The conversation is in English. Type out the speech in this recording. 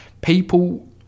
people